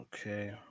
Okay